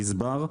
גזבר,